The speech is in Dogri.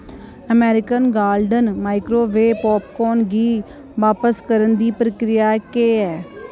अमेरिकन गालडन माइक्रोवेव पापकार्न गी बापस करन दी प्रक्रिया केह् ऐ